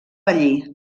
allí